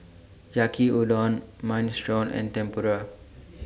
Yaki Udon Minestrone and Tempura